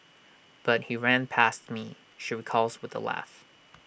but he ran past me she recalls with A laugh